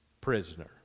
prisoner